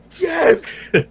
Yes